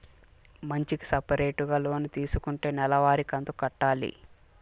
మంచికి సపరేటుగా లోన్ తీసుకుంటే నెల వారి కంతు కట్టాలి